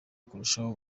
kurushaho